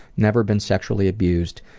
never been sexually abused.